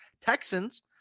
Texans